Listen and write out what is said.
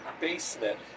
basement